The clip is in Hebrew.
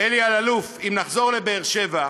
אלי אלאלוף, אם נחזור לבאר-שבע,